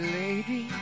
lady